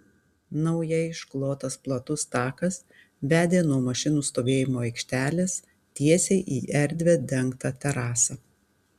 naujai išklotas platus takas vedė nuo mašinų stovėjimo aikštelės tiesiai į erdvią dengtą terasą